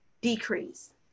decrease